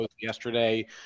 yesterday